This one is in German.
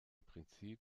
prinzip